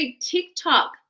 TikTok